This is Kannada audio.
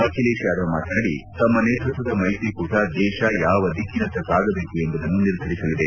ಅಖಿಲೇಶ್ ಯಾದವ್ ಮಾತನಾಡಿ ತಮ್ಮ ನೇತೃತ್ವದ ಮೈತ್ರಿ ಕೂಟ ದೇಶ ಯಾವ ದಿಕ್ಕಿನತ್ತ ಸಾಗಬೇಕು ಎಂಬುದನ್ನು ನಿರ್ಧರಿಸಲಿದೆ